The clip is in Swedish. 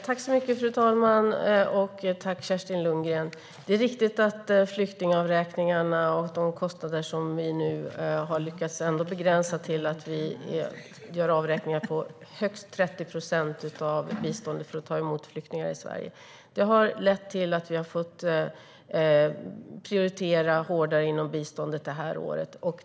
Fru talman! Det är riktigt att vi på grund av kostnaderna för att ta emot flyktingar i Sverige nu ändå har lyckats begränsa avräkningarna till högst 30 procent av biståndet. Det har lett till att vi har fått prioritera hårdare inom biståndet detta år.